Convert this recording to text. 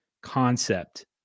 concept